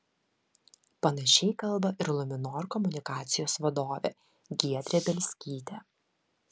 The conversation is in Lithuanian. panašiai kalba ir luminor komunikacijos vadovė giedrė bielskytė